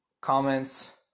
comments